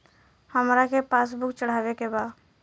हमरा के पास बुक चढ़ावे के बा?